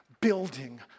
building